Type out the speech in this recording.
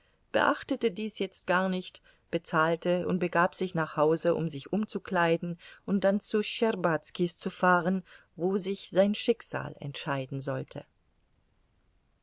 beachtete dies jetzt gar nicht bezahlte und begab sich nach hause um sich umzukleiden und dann zu schtscherbazkis zu fahren wo sich sein schicksal entscheiden sollte